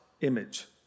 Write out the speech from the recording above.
image